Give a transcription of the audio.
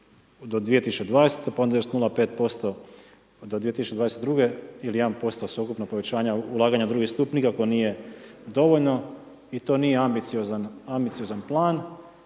do 2020. pa onda još 0,5 do 2022. ili 1% sveukupnog povećanja ulaganja u drugi stup nikako nije dovoljno i to nije i to nije ambiciozan plan.